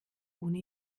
ohne